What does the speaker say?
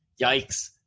Yikes